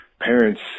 Parents